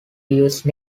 use